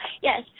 yes